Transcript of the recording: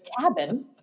cabin